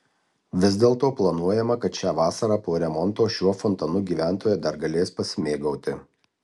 vis dėlto planuojama kad šią vasarą po remonto šiuo fontanu gyventojai dar galės pasimėgauti